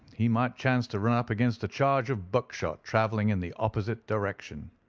he might chance to run up against a charge of buckshot travelling in the opposite direction.